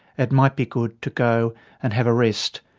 it might be good to go and have a rest,